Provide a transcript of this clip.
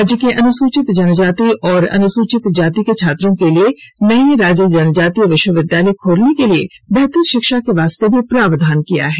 राज्य के अनुसूचित जनजाति और अनुसूचित जाति के छात्रों के लिए नए राज्य जनजातीय विश्वविद्यालय खोलने के लिए बेहतर शिक्षा के लिए भी प्रावधान किया गया है